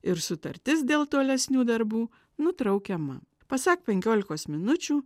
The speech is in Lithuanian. ir sutartis dėl tolesnių darbų nutraukiama pasak penkiolikos minučių